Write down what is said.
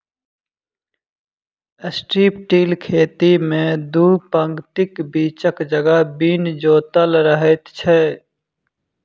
strip till खेती मे दू पाँतीक बीचक जगह बिन जोतल रहैत छै